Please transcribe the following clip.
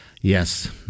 Yes